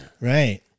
Right